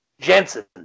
Jensen